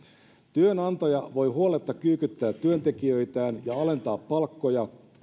työnantaja voi huoletta kyykyttää työntekijöitään ja alentaa palkkoja